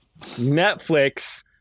Netflix